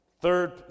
Third